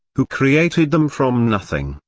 who created them from nothing,